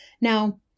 Now